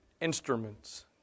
instruments